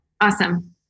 Awesome